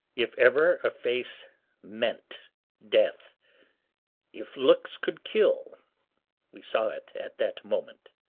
if ever a face meant death if looks could kill we saw it at that moment.